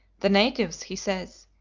the natives, he says,